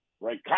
right